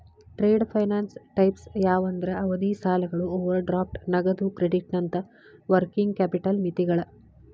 trade finance types ಯಾವಂದ್ರ ಅವಧಿ ಸಾಲಗಳು ಓವರ್ ಡ್ರಾಫ್ಟ್ ನಗದು ಕ್ರೆಡಿಟ್ನಂತ ವರ್ಕಿಂಗ್ ಕ್ಯಾಪಿಟಲ್ ಮಿತಿಗಳ